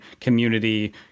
community